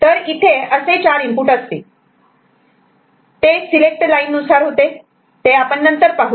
तर इथे असे चार इनपुट असतील तर ते सिलेक्ट लाईन नुसार होते ते आपण नंतर पाहू